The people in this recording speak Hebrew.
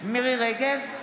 מרים רגב,